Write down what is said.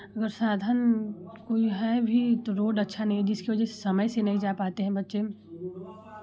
और साधन कोई है भी तो रोड अच्छा नहीं है जिसकी वजह से समय से नहीं जा पाते हैं बच्चे